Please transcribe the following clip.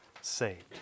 saved